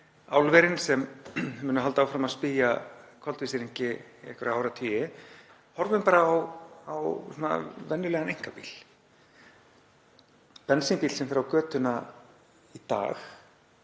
álverin sem munu halda áfram að spýja koltvísýringi í einhverja áratugi en horfum bara á venjulegan einkabíl. Bensínbíll sem fer á götuna í dag